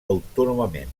autònomament